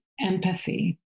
empathy